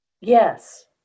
Yes